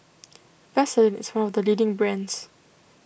Vaselin is one of the leading brands